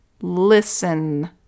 listen